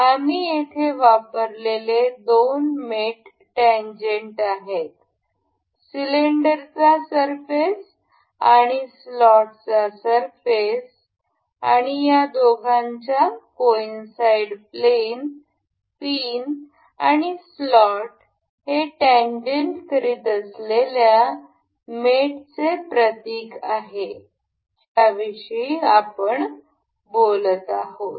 आम्ही येथे वापरलेले दोन मेट टॅन्जेन्ट आहेत सिलिंडरचा सरफेस आणि स्लॉटचा सरफेस आणि या दोघांच्या कोइनसाईड प्लेन पिन आणि स्लॉट हे टॅन्जेन्ट करीत असलेल्या मेटचे प्रतीक आहे ज्याविषयी आपण बोलत आहोत